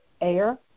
air